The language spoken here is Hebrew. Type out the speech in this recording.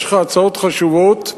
יש לך הצעות חשובות,